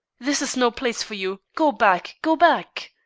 this is no place for you! go back! go back!